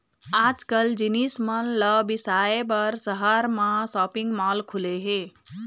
आजकाल जिनिस मन ल बिसाए बर सहर मन म सॉपिंग माल खुले हे